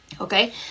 okay